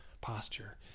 posture